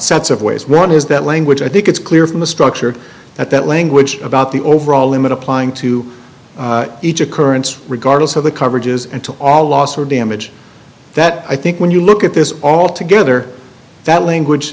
sets of ways one is that language i think it's clear from the structure that that language about the overall limit applying to each occurrence regardless of the coverages and to all loss or damage that i think when you look at this all together that language